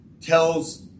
tells